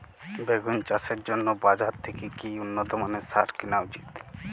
বেগুন চাষের জন্য বাজার থেকে কি উন্নত মানের সার কিনা উচিৎ?